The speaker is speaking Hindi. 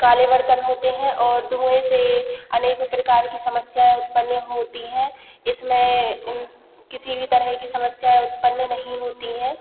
काले बर्तन होते हैं और धुएँ से अनेकों प्रकार की समस्याएँ उत्पन्न होती है इसमें किसी भी तरह की समस्या उत्पन्न नहीं होती है